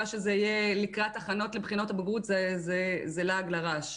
שזה יהיה לקראת הכנות לבחינות הבגרות זה לעג לרש.